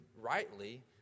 rightly